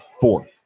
Four